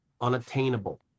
unattainable